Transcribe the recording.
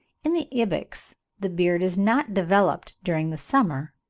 in the ibex the beard is not developed during the summer,